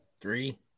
Three